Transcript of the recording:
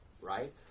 Right